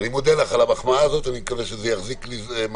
אני מודה לך על המחמאה הזאת ואני מקווה שזה יחזיק מעמד.